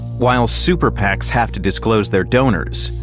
while super pacs have to disclose their donors,